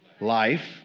life